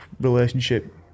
relationship